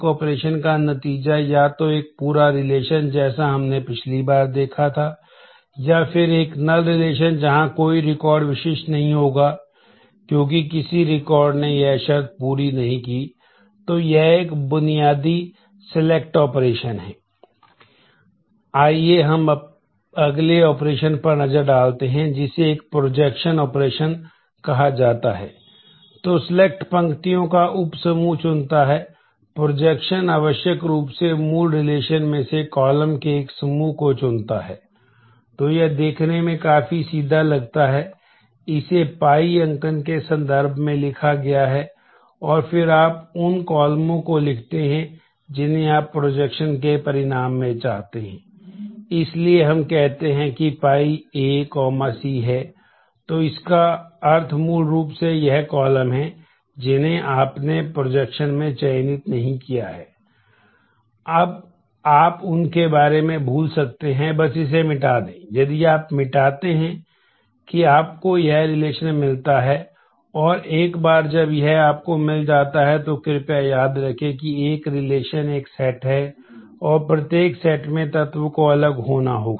आइए हम अगले ऑपरेशन एक सेट है और प्रत्येक सेट में तत्व को अलग होना होगा